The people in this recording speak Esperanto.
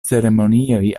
ceremonioj